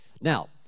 Now